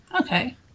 Okay